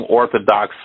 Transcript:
orthodox